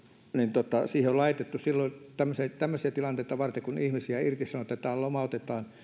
on laitettu tämmöisiä tilanteita varten että ihmisiä irtisanotaan tai lomautetaan